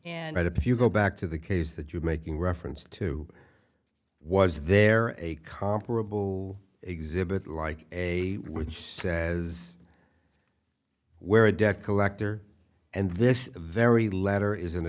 tip if you go back to the case that you're making reference to was there a comparable exhibit like a which says where a debt collector and this very letter is an